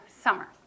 summer